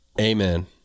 Amen